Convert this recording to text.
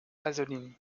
pasolini